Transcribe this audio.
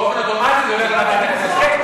באופן אוטומטי זה הולך לוועדת הכנסת.